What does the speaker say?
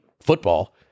football